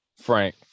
Frank